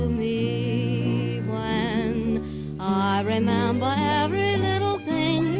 me, when i remember every little thing